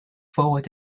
forward